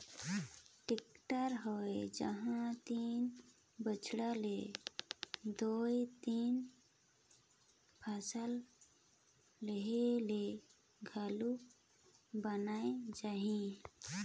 tractor होए जाही त बड़िहा ले दुइ तीन फसल लेहे ले घलो बइन जाही